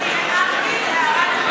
אני לא קיללתי, אני הערתי הערה נכונה.